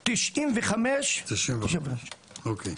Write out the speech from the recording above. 1995. אוקיי.